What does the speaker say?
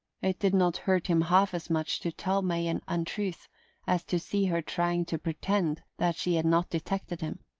it did not hurt him half as much to tell may an untruth as to see her trying to pretend that she had not detected him.